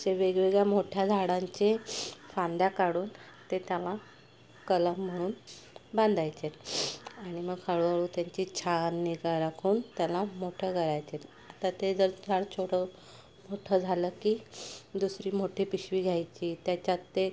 असे वेगवेगळ्या मोठ्या झाडांचे फांद्या काढून ते त्याला कलम म्हणून बांधायचे आणि मग हळूहळू त्यांची छान निगा राखून त्याला मोठं करायचे आता ते जर झाड छोटं मोठं झालं की दुसरी मोठी पिशवी घ्यायची त्याच्यात ते